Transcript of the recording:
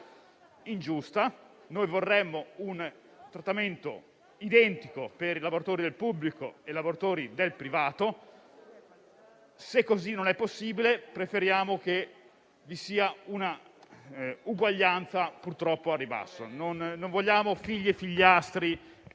ingiusta. Vorremmo un trattamento identico per i lavoratori del pubblico e per quelli del privato. Se non è possibile, preferiamo che vi sia un'uguaglianza, purtroppo, al ribasso: non vogliamo figli e figliastri,